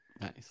Nice